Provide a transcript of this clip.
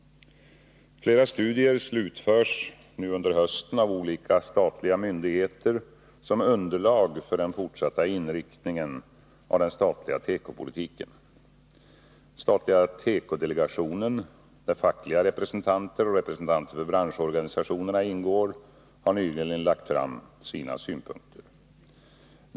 Flera studier slutförs under hösten av olika statliga myndigheter som underlag för den fortsatta inriktningen av den statliga tekopolitiken. Den statliga tekodelegationen, där fackliga representanter och representanter för branschorganisationerna ingår, har nyligen lagt fram sina synpunkter.